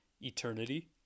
eternity